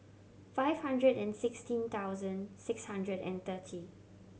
five hundred and sixteen thousand six hundred and thirty